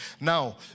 Now